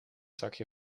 zakje